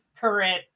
current